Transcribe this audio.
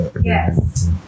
yes